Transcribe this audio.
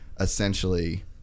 essentially